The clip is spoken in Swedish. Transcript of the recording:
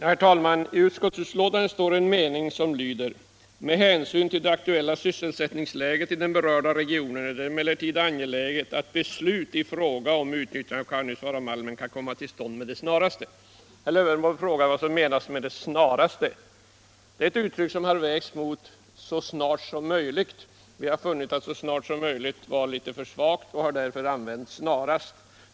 Herr talman! I utskottsbetänkandet står att det med hänsyn till det dagsaktuella sysselsättningsläget i den berörda regionen är angeläget att beslut om utnyttjande av Kaunisvaaramalmen kan komma till stånd ”med det snaraste”. Herr Lövenborg frågade vad ”med det snaraste” här betyder. Detta uttryck har vägts mot ”så snart som möjligt”, och vi fann att det uttrycket var litet för svagt och använde därför ”med det snaraste”.